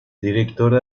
directora